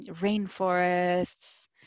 rainforests